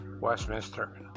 Westminster